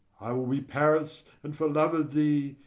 i will be paris, and for love of thee,